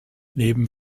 neben